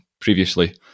previously